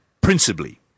Principally